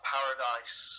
Paradise